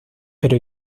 pero